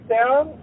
down